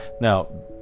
Now